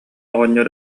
оҕонньор